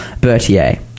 Berthier